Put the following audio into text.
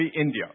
India